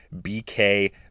BK